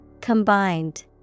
Combined